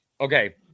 Okay